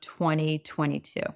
2022